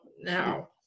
now